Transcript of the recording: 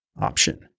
option